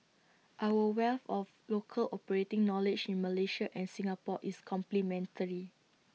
our wealth of local operating knowledge in Malaysia and Singapore is complementary